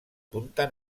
punta